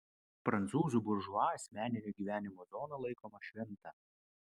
prancūzų buržua asmeninio gyvenimo zona laikoma šventa